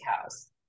Cows